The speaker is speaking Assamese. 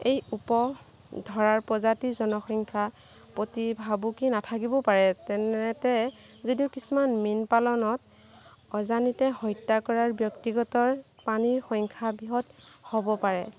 এই উপ ধৰাৰ প্ৰজাতি জনসংখ্যা প্ৰতি ভাবুকি নাথাকিবও পাৰে তেনেতে যদিও কিছুমান মীনপালনত অজানিতে হত্যা কৰাৰ ব্যক্তিগতৰ প্ৰাণীৰ সংখ্যা বৃহৎ হ'ব পাৰে